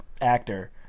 actor